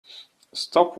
stop